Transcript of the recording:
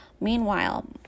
Meanwhile